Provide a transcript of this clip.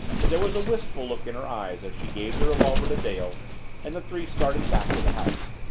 but there was a wistful look in her eyes as she gave the revolver to dale and the three started back to the house.